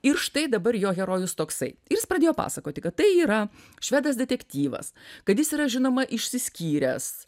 ir štai dabar jo herojus toksai ir jis pradėjo pasakoti kad tai yra švedas detektyvas kad jis yra žinoma išsiskyręs